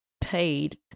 paid